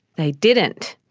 they didn't,